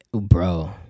bro